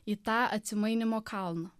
į tą atsimainymo kalną